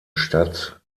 stadt